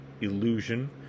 illusion